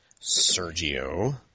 Sergio